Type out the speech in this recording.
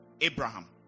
Abraham